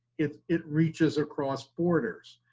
it it reaches across borders.